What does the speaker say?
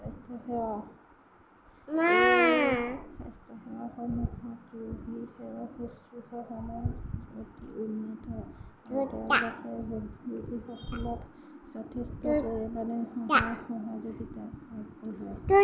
স্বাস্থ্যসেৱা এই স্বাস্থ্যসেৱাসমূহ অতি সেৱা শুশ্ৰূষাসমূহ অতি উন্নত যথেেষ্ট পৰিমাণে সহায় সহযোগিতা আগবঢ়ায়